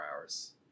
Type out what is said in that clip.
hours